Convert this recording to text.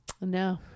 No